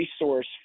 resource